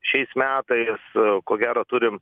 šiais metais ko gero turim